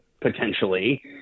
potentially